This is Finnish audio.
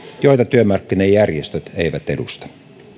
joita työmarkkinajärjestöt eivät edusta